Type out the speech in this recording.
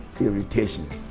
irritations